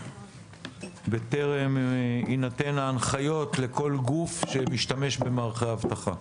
בטרם הינתן ההנחיות לכל גוף שישתמש במערכי האבטחה.